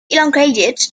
elongated